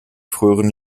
früheren